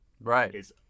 Right